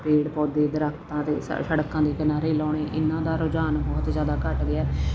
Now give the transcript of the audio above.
ਪੇੜ ਪੌਦੇ ਦਰਖਤਾਂ ਅਤੇ ਸੜਕਾਂ ਦੇ ਕਿਨਾਰੇ ਲਾਉਣੇ ਇਹਨਾਂ ਦਾ ਰੁਝਾਨ ਬਹੁਤ ਜ਼ਿਆਦਾ ਘੱਟ ਗਿਆ